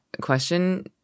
question